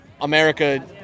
America